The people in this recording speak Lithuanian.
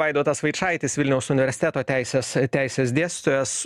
vaidotas vaičaitis vilniaus universiteto teisės teisės dėstytojas